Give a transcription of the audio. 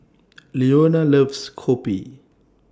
Leona loves Kopi